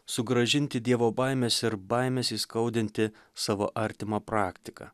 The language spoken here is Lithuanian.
sugrąžinti dievo baimes ir baimes įskaudinti savo artimą praktiką